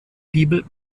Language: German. bibel